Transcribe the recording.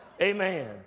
Amen